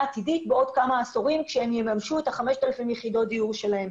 עתידית בעוד כמה עשורים כשהם יממשו את ה-5,000 יחידות דיור שלהם.